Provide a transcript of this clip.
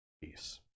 peace